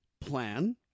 plan